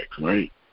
right